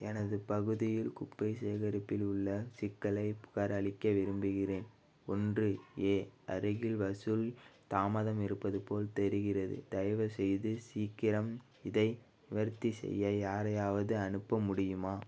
எனது பகுதியில் குப்பை சேகரிப்பில் உள்ள சிக்கலைப் புகாரளிக்க விரும்புகிறேன் ஒன்று ஏ அருகில் வசூல் தாமதம் இருப்பது போல் தெரிகிறது தயவு செய்து சீக்கிரம் இதை நிவர்த்தி செய்ய யாரையாவது அனுப்ப முடியுமா